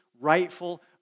rightful